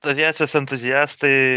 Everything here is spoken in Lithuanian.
aviacijos entuziastai